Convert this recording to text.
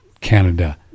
Canada